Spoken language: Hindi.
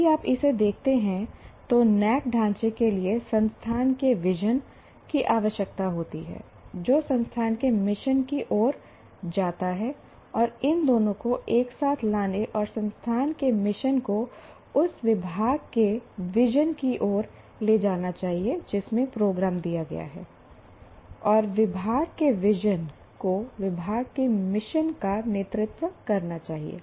यदि आप इसे देखते हैं तो NAAC ढांचे के लिए संस्थान के विजन की आवश्यकता होती है जो संस्थान के मिशन की ओर जाता है और इन दोनों को एक साथ लाने और संस्थान के मिशन को उस विभाग के विज़न की ओर ले जाना चाहिए जिसमें प्रोग्राम दिया गया है और विभाग के विजन को विभाग के मिशन का नेतृत्व करना चाहिए